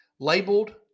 labeled